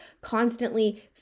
constantly